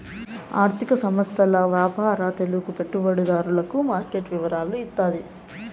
ఆర్థిక సంస్థల వ్యాపార తెలుగు పెట్టుబడిదారులకు మార్కెట్ వివరాలు ఇత్తాది